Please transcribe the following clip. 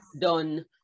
done